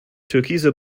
türkise